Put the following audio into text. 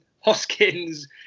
Hoskins